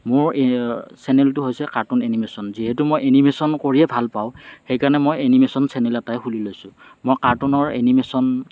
মোৰ চেনেলটো হৈছে কাৰ্টুন এনিমেচন যিহেতু মই এনিমেচন কৰিয়েই ভাল পাওঁ সেইকাৰণে মই এনিমেচন চেনেল এটাই খুলি লৈছোঁ মই কাৰ্টুনৰ এনিমেচন